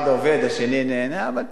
אחד עובד, השני נהנה, אבל בסדר.